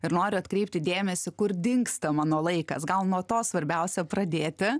ir noriu atkreipti dėmesį kur dingsta mano laikas gal nuo to svarbiausia pradėti